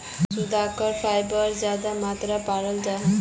शकार्कंदोत फाइबर ज्यादा मात्रात पाल जाहा